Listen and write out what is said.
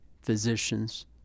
physicians